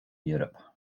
europe